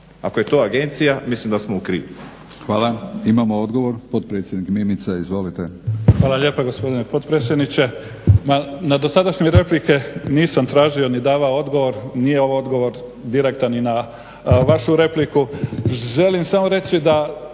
Ako je to agencija mislim da smo u krivu.